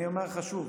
אני אומר לך שוב,